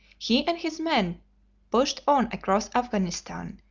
he and his men pushed on across afghanistan,